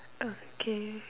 okay